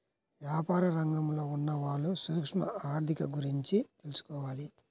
యాపార రంగంలో ఉన్నవాళ్ళు సూక్ష్మ ఆర్ధిక గురించి తెలుసుకోవాలి